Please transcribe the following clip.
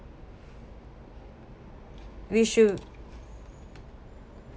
we should